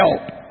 Help